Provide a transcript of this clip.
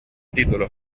título